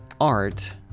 Art